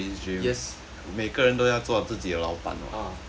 yes uh